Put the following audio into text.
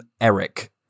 Eric